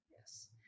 Yes